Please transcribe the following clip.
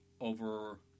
over